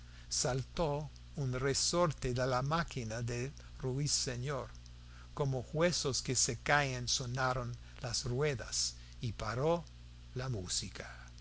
saltó un resorte de la máquina del ruiseñor como huesos que se caen sonaron las ruedas y paró la música